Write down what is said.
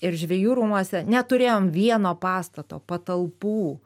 ir žvejų rūmuose neturėjom vieno pastato patalpų